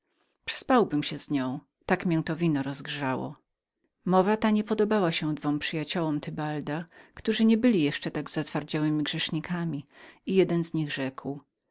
córkę abym się mógł trocha do niej poumizgać mowa ta niepodobała się dwom przyjaciołom tybalda którzy nie byli jeszcze tak zatwardziałymi grzesznikami i jeden z nich rzekł